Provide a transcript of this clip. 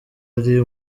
ari